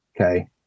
okay